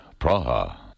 Praha